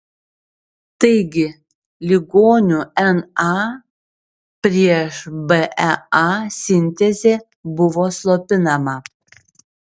taigi ligonių na prieš bea sintezė buvo slopinama